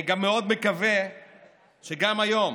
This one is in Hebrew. אני גם מאוד מקווה שגם היום